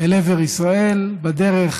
אל עבר ישראל, בדרך